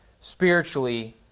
Spiritually